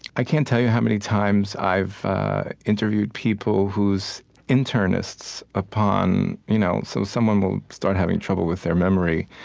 i can't tell you how many times i've interviewed people whose internists upon you know so someone will start having trouble with their memory,